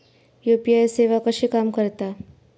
UPI सेवा कशी काम करता?